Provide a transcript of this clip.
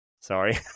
Sorry